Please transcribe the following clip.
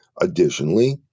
Additionally